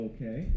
Okay